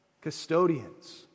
custodians